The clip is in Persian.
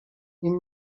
این